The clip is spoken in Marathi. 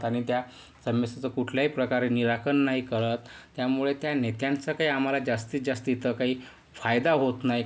आणि त्या समस्येचं कुठल्याही प्रकारे निराकरण नाही करत त्यामुळे त्या नेत्यांचा काही आम्हाला जास्तीत जास्त इथं काही फायदा होत नाही